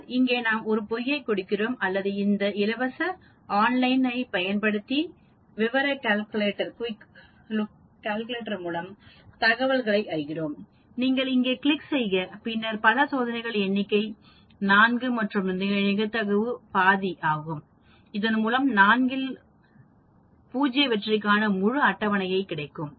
பின்னர் இங்கே நாம் பொய்யைக் கொடுக்கிறோம் அல்லது இந்த இலவச ஆன்லைன் ஐ பயன்படுத்தி ள்ளிவிவர கால்குலேட்டர் மூலம் தகவல்களை அறிகிறோம் நீங்கள் இங்கே கிளிக் செய்க பின்னர் பல சோதனைகளை எண்ணிக்கை 4 மற்றும் நிகழ்தகவு 12 ஆகும் இதன் மூலம் 4 இல் 0 வெற்றிக்கான முழு அட்டவணையையும் கிடைக்கும்